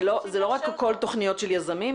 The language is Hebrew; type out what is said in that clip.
זה לא הכול רק תוכניות של יזמים,